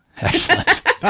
Excellent